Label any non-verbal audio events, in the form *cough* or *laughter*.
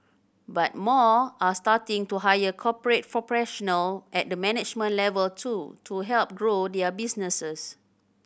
but more are starting to hire corporate *unintelligible* at the management level too to help grow their businesses